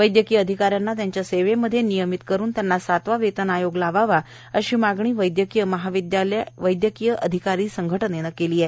वैदयकीय अधिकाऱ्यांना त्यांच्या सेवे मध्ये नियमित करून त्यांना सातवा वेतन आयोग लावावा अशी मागणी वैदयकीय महाविदयालय वैदयकीय अधिकारी संघटनेनं केली आहे